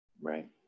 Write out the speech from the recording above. Right